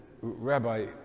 rabbi